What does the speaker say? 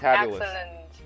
excellent，